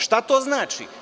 Šta to znači?